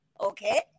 Okay